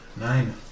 Nine